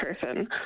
person